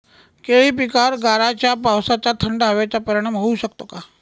केळी पिकावर गाराच्या पावसाचा, थंड हवेचा परिणाम होऊ शकतो का?